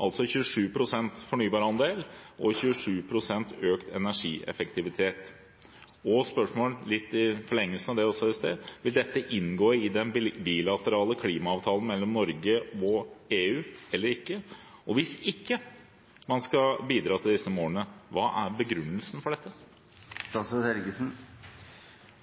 altså 27 pst. fornybarandel og 27 pst. økt energieffektivitet? Og et spørsmål litt i forlengelsen av det også: Vil dette inngå i den bilaterale klimaavtalen mellom Norge og EU eller ikke? Og hvis ikke man skal bidra til disse målene: Hva er begrunnelsen for dette?